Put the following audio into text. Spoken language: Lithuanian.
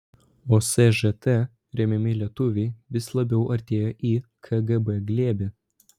o sžt remiami lietuviai vis labiau artėjo į kgb glėbį